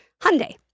Hyundai